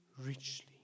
richly